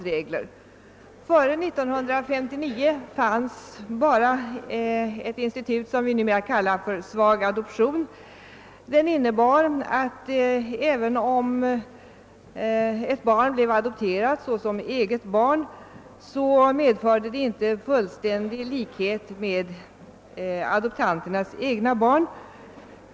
Före år 1959 fanns bara ett institut, som vi nu kallar svag adoption. Denna innebar att även om ett barn blev adopterat såsom eget barn medförde detta inte fullständig likhet med adoptanternas egna barn.